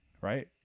Right